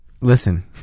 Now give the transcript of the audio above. listen